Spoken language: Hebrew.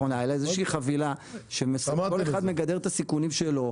איזושהי חבילה שכל אחד מגדר את הסיכונים שלו.